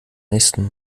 nächsen